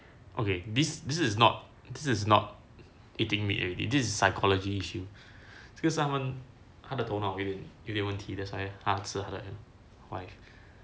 okay this this is not this is not eating meat already this is psychology issue because someone 他的头脑有点有点问题 that's why 他吃他的 wife